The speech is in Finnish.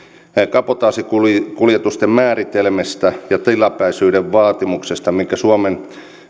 kabotaasikuljetusten määritelmästä ja tilapäisyyden vaatimuksesta mikä